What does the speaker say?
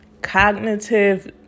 Cognitive